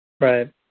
Right